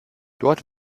dort